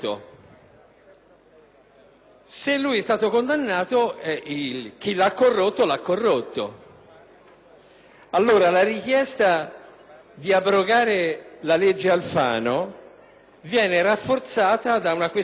Se lui é stato condannato, qualcuno lo ha corrotto. Allora, la richiesta di abrogare la cosiddetta legge Alfano viene rafforzata da una questione di attualità.